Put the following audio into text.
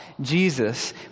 Jesus